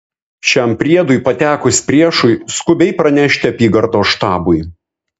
šiam priedui patekus priešui skubiai pranešti apygardos štabui